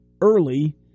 early